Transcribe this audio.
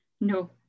no